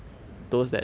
mm